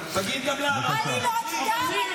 תגיד גם לה --- עלילות דם על מדינת ישראל.